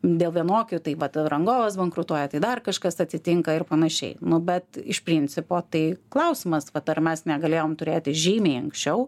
dėl vienokių tai vat rangovas bankrutuoja tai dar kažkas atsitinka ir panašiai nu bet iš principo tai klausimas vat ar mes negalėjom turėti žymiai anksčiau